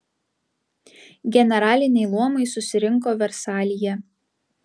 generaliniai luomai susirinko versalyje